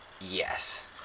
Yes